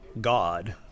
God